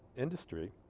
industry